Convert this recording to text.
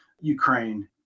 Ukraine